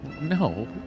No